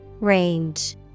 Range